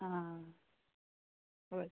आं और